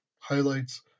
highlights